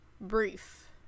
brief